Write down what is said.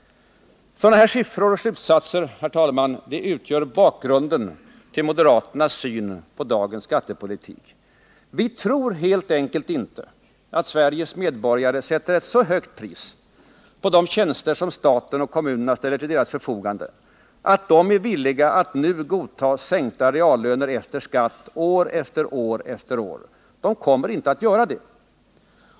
Sådana här siffror och slutsatser, herr talman, utgör bakgrunden till moderaternas syn på dagens skattepolitik. Vi tror helt enkelt inte att Sveriges medborgare sätter ett så högt pris på de tjänster som staten och kommunerna ställer till deras förfogande, att de nu är villiga att godta sänkta reallöner efter skatt år efter år efter år. De kommer inte att göra det.